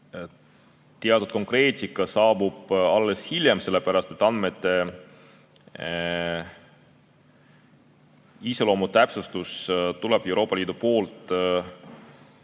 et konkreetsus saabub alles hiljem, sellepärast et andmete iseloomu täpsustus tuleb Euroopa Liidult